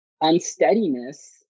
unsteadiness